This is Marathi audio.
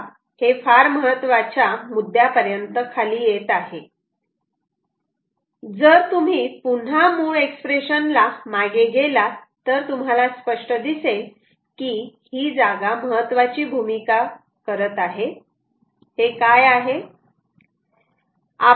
पहा हे फार महत्वाच्या उद्यापर्यंत खाली येत आहे जर तुम्ही पुन्हा मूळ एक्सप्रेशन ला मागे गेलात तर तुम्हाला स्पष्ट दिसेल की ही जागा महत्वाची भूमिका करत आहे हे काय आहे